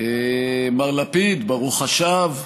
מר לפיד, ברוך השב.